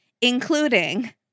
including